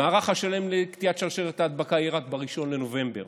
המערך השלם לקטיעת שרשרת ההדבקה יהיה רק ב-1 בנובמבר.